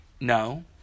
No